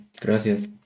Gracias